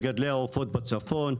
אין פה ראיה של מגדלי העופות בצפון,